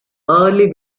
early